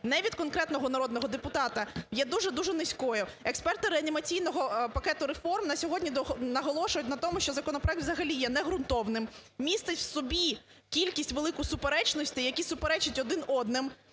не від конкретного народного депутата, є дуже-дуже низькою. Експерти Реанімаційного пакету реформ на сьогодні наголошують на тому, що законопроект взагалі є неґрунтовним, містить в собі кількість велику суперечностей, які суперечать одна одній,